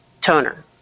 toner